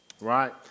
Right